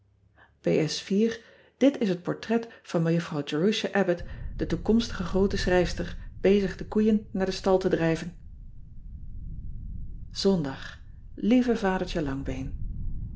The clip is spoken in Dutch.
it is het potret van ejuffrouw erusha bbott de toekomstige groote schrijfster bezig de koeien naar den stal te drijven ondag ieve adertje angbeen